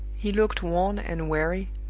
he looked worn and weary,